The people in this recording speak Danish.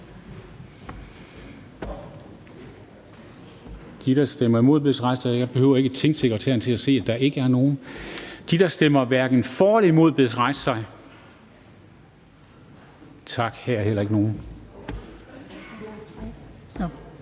De, der stemmer imod, bedes rejse sig. Jeg behøver ikke tingsekretærerne til at se, at der ikke er nogen. De, der stemmer hverken for eller imod, bedes rejse sig. Tak. Værsgo at sætte jer ned.